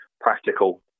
practical